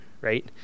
right